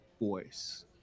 voice